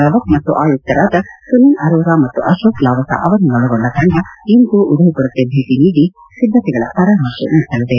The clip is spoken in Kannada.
ರಾವತ್ ಮತ್ತು ಆಯುಕ್ತರಾದ ಸುನಿಲ್ ಅರೋರಾ ಮತ್ತು ಅಶೋಕ್ ಲಾವಸ ಅವರನ್ನೊಳಗೊಂಡ ತಂಡ ಇಂದು ಉದಯ್ಪುರಕ್ಕೆ ಭೇಟಿ ನೀಡಲಿದ್ದು ಸಿದ್ದತೆಗಳ ಪರಾಮರ್ಶೆ ನಡೆಸಲಿದೆ